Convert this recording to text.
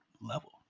level